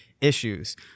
issues